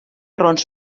raons